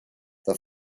the